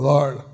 Lord